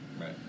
Right